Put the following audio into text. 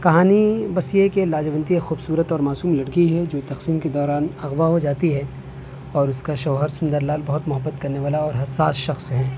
کہانی بس یہ ہے کہ لاجونتی ایک خوبصورت اور معصوم لڑکی ہے جو تقسیم کے دوران اغوا ہو جاتی ہے اور اس کا شوہر سندر لال بہت محبت کرنے والا اور حساس شخص ہیں